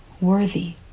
worthy